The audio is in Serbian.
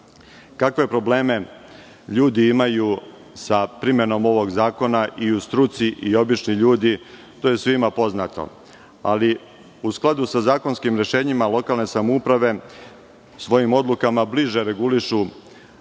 probleme ljudi imaju sa primenom ovog zakona i u struci i obični ljudi, to je svima poznato, ali u skladu sa zakonskim rešenjima lokalne samouprave, svojim odlukama bliže regulišu